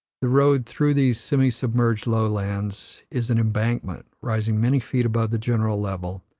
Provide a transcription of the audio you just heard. the road through these semi-submerged lowlands is an embankment, rising many feet above the general level,